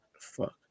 Fuck